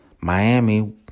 Miami